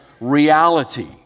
reality